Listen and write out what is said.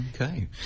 Okay